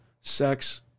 sex